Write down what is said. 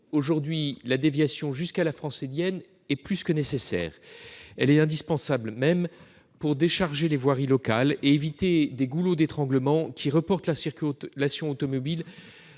aujourd'hui, la déviation jusqu'à la Francilienne est plus que nécessaire. Elle est même indispensable pour décharger les voiries locales et pour éviter les goulets d'étranglement qui reportent la circulation automobile